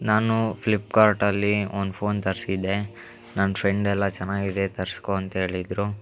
ನಾನು ಫ್ಲಿಪ್ಕಾರ್ಟಲ್ಲಿ ಒಂದು ಫೋನ್ ತರಿಸಿದ್ದೆ ನನ್ನ ಫ್ರೆಂಡೆಲ್ಲ ಚೆನ್ನಾಗಿದೆ ತರಿಸ್ಕೋ ಅಂತ ಹೇಳಿದರು